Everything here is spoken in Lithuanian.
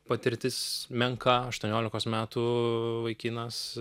patirtis menka aštuoniolikos metų vaikinas